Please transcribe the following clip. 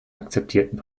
akzeptierten